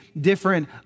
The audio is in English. different